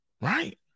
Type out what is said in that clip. right